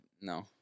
no